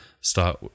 start